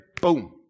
boom